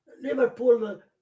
Liverpool